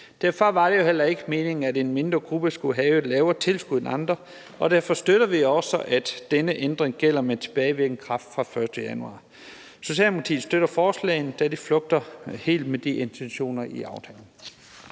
Derfor var det jo heller ikke meningen, at en mindre gruppe skulle have et lavere tilskud end andre, og derfor støtter vi også, at denne ændring gælder med tilbagevirkende kraft fra den 1. januar. Socialdemokratiet støtter forslaget, da det flugter helt med de intentioner i aftalen.